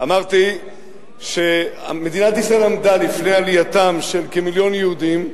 אמרתי שמדינת ישראל עמדה לפני עלייתם של כמיליון יהודים,